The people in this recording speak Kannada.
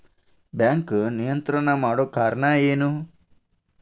ಬ್ಯಾಂಕ್ ನಿಯಂತ್ರಣ ಮಾಡೊ ಕಾರ್ಣಾ ಎನು?